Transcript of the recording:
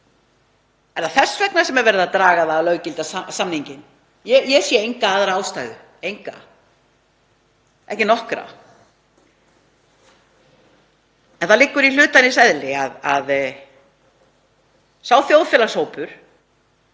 það þess vegna sem er verið að draga það að löggilda samninginn? Ég sé enga aðra ástæðu, ekki nokkra, en það liggur í hlutarins eðli að sá þjóðfélagshópur